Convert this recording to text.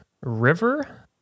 river